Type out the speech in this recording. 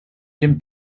jim